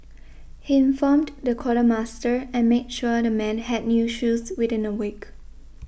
he informed the quartermaster and made sure the men had new shoes within a week